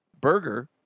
burger